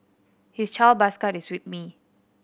his child bus card is with me